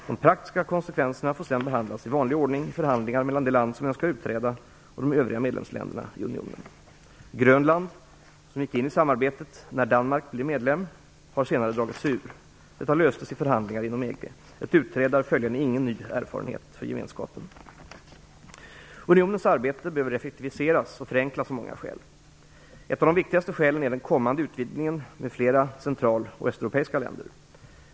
De praktiska konsekvenserna får sedan behandlas i vanlig ordning i förhandlingar mellan det land som önskar utträda och de övriga medlemsländerna i unionen. Grönland, som gick in i samarbetet när Danmark blev medlem, har senare dragit sig ur. Detta löstes i förhandlingar inom EG. Ett utträde är följaktligen ingen ny erfarenhet för gemenskapen. Unionens arbete behöver effektiviseras och förenklas av många skäl. Ett av de viktigaste skälen är den kommande utvidgningen med flera central och östeuropeiska länder.